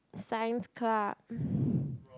science club